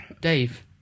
dave